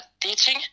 teaching